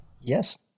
Yes